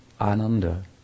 Ananda